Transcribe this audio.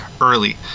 early